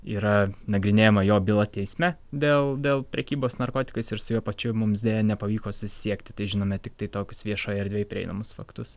yra nagrinėjama jo byla teisme dėl dėl prekybos narkotikais ir su juo pačiu mums deja nepavyko susisiekti tai žinome tiktai tokius viešoj erdvėj prieinamus faktus